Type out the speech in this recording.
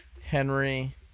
Henry